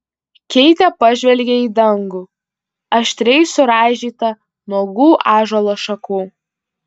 keitė pažvelgė į dangų aštriai suraižytą nuogų ąžuolo šakų